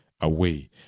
away